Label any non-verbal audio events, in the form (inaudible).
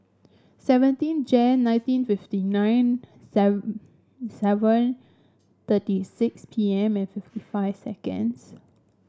seventeen Jan nineteen fifty nine (unintelligible) seven thirty six P M and fifty five seconds